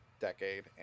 decade